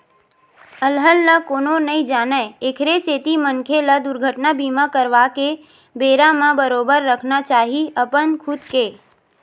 अलहन ल कोनो नइ जानय एखरे सेती मनखे ल दुरघटना बीमा करवाके बेरा म बरोबर रखना चाही अपन खुद के